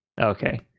Okay